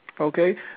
Okay